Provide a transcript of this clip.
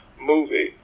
movie